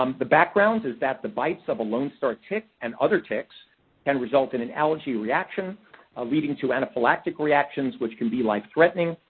um the background is that the bites of a lone star tick and other ticks can result in an allergy reaction ah leading to anaphylactic reactions, which can be life threatening.